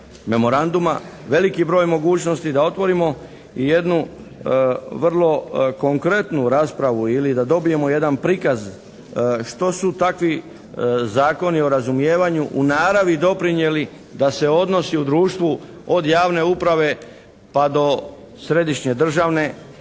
memoranduma, veliki broj mogućnosti da otvorimo i jednu vrlo konkretnu raspravu ili da dobijemo jedan prikaz što su takvi zakoni o razumijevanju u naravi doprinijeli da se odnosi u društvu od javne uprave pa do središnje državne